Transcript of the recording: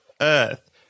Earth